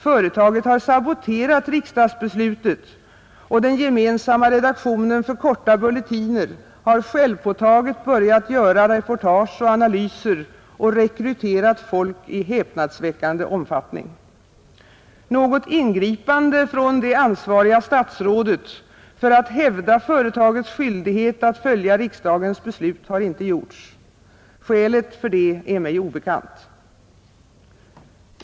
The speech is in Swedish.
Företaget har saboterat riksdagsbeslutet, och den gemensamma redaktionen för korta bulletiner har självpåtaget börjat göra reportage och analyser och rekryterat folk i häpnadsväckande omfattning. Något ingripande från det ansvariga statsrådet för att hävda företagets skyldighet att följa riksdagens beslut har inte gjorts. Skälet för det är mig obekant.